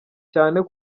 cyane